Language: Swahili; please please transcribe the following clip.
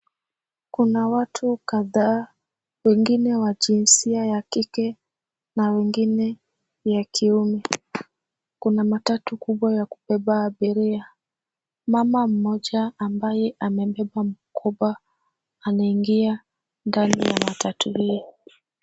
Kuna watu kadhaa wengine wa jinsia ya kike na wengine ya kiume. Kuna matatu kubwa ya kubeba abiria. Mama mmoja ambaye amebeba mkoba anaingia ndani ya matatu hii.